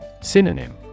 Synonym